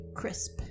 crisp